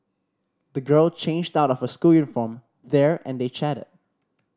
the girl changed out of her school uniform there and they chatted